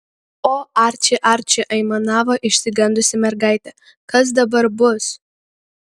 o arči arči aimanavo išsigandusi mergaitė kas dabar bus